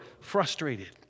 frustrated